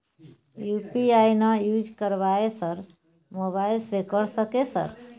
UPI ना use करवाएं sir mobile से कर सके सर?